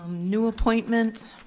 new appointment.